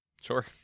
Sure